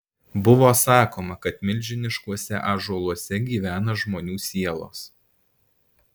buvo sakoma kad milžiniškuose ąžuoluose gyvena žmonių sielos